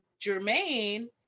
Jermaine